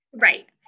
Right